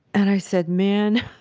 and i said, man,